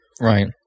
Right